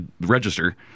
register